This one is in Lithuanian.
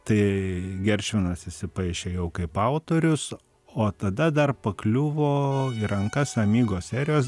tai geršvinas įsipaišė jau kaip autorius o tada dar pakliuvo į rankas amigo serijos